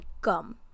gum